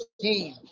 team